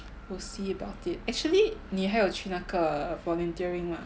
we'll see about it actually 你还有去那个 volunteering mah